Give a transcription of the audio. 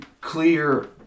clear